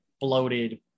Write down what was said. bloated